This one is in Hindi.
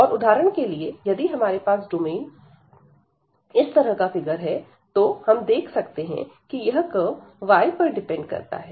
और उदाहरण के लिए यदि हमारे पास डोमेन का इस तरह का फिगर हो तो हम देख सकते हैं कि यह कर्व y पर डिपेंड करता है